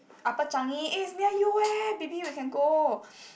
Upper Changi eh it's near you eh baby we can go